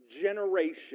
generation